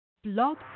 blog